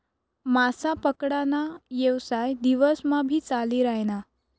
मासा पकडा ना येवसाय दिवस मा भी चाली रायना